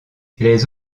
les